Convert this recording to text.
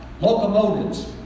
locomotives